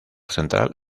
central